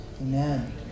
amen